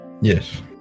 Yes